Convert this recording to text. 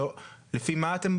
לפי מה אתם